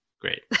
great